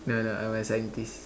no no I'm a scientist